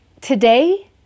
today